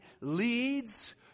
Leads